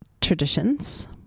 traditions